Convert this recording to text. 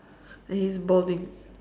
and he is balding